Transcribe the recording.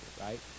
right